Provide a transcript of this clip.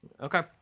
Okay